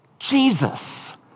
Jesus